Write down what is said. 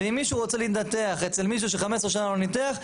ואם מישהו רוצה להתנתח אצל מישהו ש-15 שנה לא ניתח,